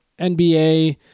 NBA